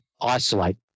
isolate